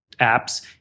apps